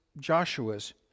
Joshua's